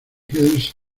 hills